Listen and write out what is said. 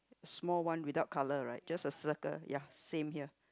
small one without colour right just a circle ya same here